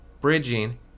bridging